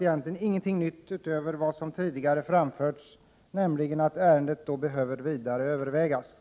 egentligen inget nytt utöver vad som tidigare framförts, att ärendet behöver vidare övervägas.